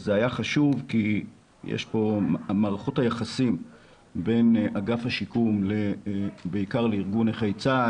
זה היה חשוב כי מערכות היחסים בין אגף השיקום ובעיקר לארגון נכי צה"ל,